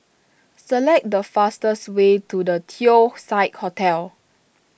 select the fastest way to the Teong Saik Hotel